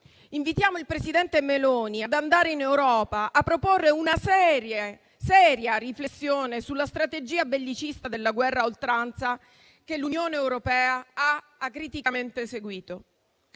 Invitiamo il presidente Meloni ad andare in Europa a proporre una seria riflessione sulla strategia bellicista della guerra a oltranza che l'Unione europea ha acriticamente seguito;